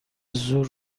زور